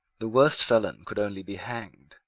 the worst felon could only be hanged.